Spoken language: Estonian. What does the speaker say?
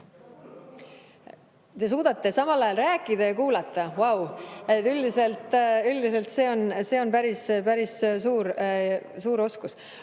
Te suudate samal ajal rääkida ja kuulata. Vau! See on päris suur oskus.